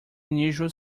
unusual